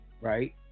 Right